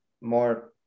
more